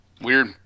Weird